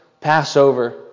Passover